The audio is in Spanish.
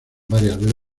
varias